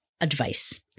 advice